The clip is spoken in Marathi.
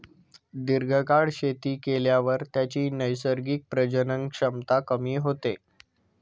दीर्घकाळ शेती केल्यावर त्याची नैसर्गिक प्रजनन क्षमता कमी होते